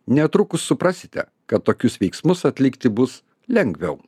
netrukus suprasite kad tokius veiksmus atlikti bus lengviau